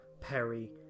Perry